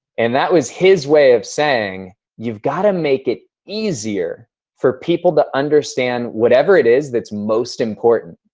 and that was his way of saying you've got to make it easier for people to understand whatever it is that's most important.